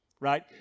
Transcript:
right